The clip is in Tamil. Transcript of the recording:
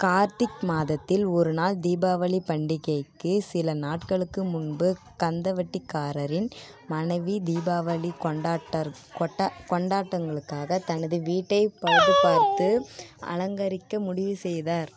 கார்த்திக் மாதத்தில் ஒரு நாள் தீபாவளி பண்டிகைக்கு சில நாட்களுக்கு முன்பு கந்துவட்டிக்காரரின் மனைவி தீபாவளி கொண்டாட்டர் கொட்டா கொண்டாட்டங்களுக்காக தனது வீட்டை பழுது பார்த்து அலங்கரிக்க முடிவு செய்தார்